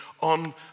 on